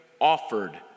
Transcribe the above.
offered